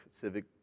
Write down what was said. civic